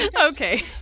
Okay